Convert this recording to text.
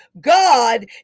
God